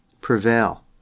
prevail